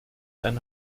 eine